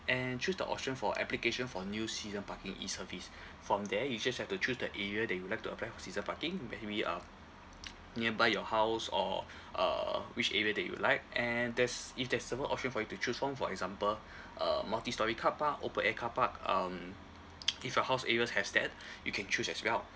and choose the option for application for new season parking E service from there you just have to choose the area that you would like to apply for season parking be we~ uh nearby your house or uh which area that you'd like and there's if there's several option for you to choose from for example uh multi storey car park open air car park um if your house areas has that you can choose as well